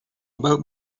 about